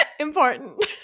Important